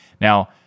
now